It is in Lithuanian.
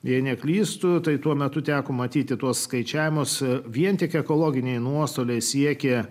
jei neklystu tai tuo metu teko matyti tuos skaičiavimus vien tik ekologiniai nuostoliai siekia